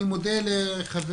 אני מודה לחברי,